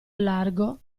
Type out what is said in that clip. largo